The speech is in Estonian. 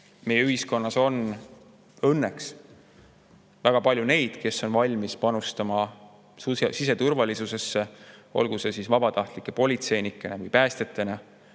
Meie ühiskonnas on õnneks väga palju neid, kes on valmis panustama siseturvalisusesse, olgu siis vabatahtlike politseinike või päästjatena.